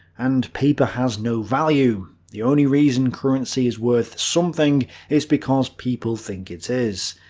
and paper has no value. the only reason currency is worth something is because people think it is,